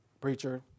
preacher